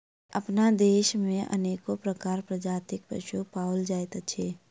अपना देश मे अनेको प्रकारक प्रजातिक पशु पाओल जाइत अछि